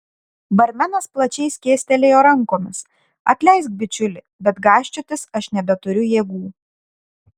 barmenas plačiai skėstelėjo rankomis atleisk bičiuli bet gąsčiotis aš nebeturiu jėgų